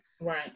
Right